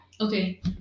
Okay